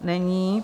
Není.